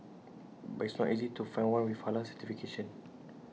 but IT is not easy to find one with Halal certification